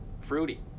fruity